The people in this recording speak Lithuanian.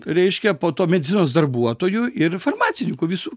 reiškia po to medicinos darbuotojų ir farmacininkų visų